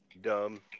Dumb